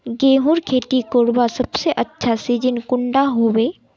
गेहूँर खेती करवार सबसे अच्छा सिजिन कुंडा होबे?